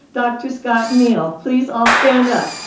dr. scott meehl. please all stand up.